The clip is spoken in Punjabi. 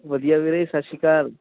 ਵਧੀਆ ਵੀਰੇ ਸਤਿ ਸ਼੍ਰੀ ਅਕਾਲ